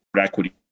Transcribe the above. equity